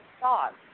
thoughts